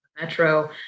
metro